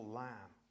lamb